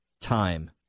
time